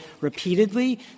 repeatedly